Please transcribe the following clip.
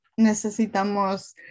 Necesitamos